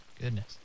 goodness